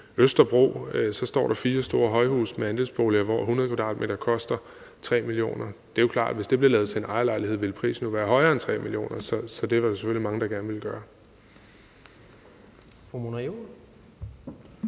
på Østerbro, står der fire store højhuse med andelsboliger, hvor 100 m² koster 3 mio. kr. Det er jo klart, at hvis det blev lavet til en ejerlejlighed, ville prisen jo være højere end 3 mio. kr., så det er der selvfølgelig mange der gerne ville gøre.